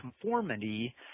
conformity